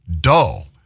dull